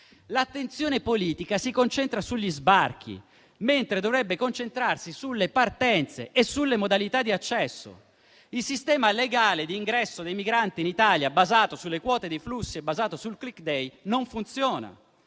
L'attenzione politica si concentra sugli sbarchi, mentre dovrebbe concentrarsi sulle partenze e sulle modalità di accesso. Il sistema legale di ingresso dei migranti in Italia, basato sulle quote dei flussi e sul *click day*, non funziona.